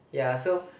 ya so